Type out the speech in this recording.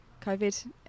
covid